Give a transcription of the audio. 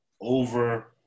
Over